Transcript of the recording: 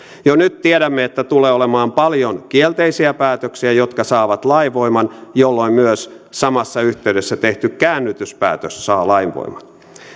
jo nyt tiedämme että tulee olemaan paljon kielteisiä päätöksiä jotka saavat lainvoiman jolloin myös samassa yhteydessä tehty käännytyspäätös saa lainvoiman